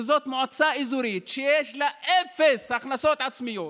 שזו מועצה אזורית שיש לה אפס הכנסות עצמיות,